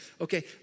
Okay